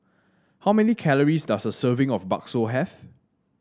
how many calories does a serving of bakso have